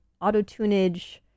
auto-tunage